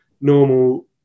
normal